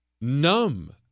numb